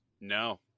No